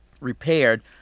repaired